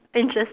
interest